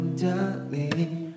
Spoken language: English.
darling